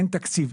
אין תקציב.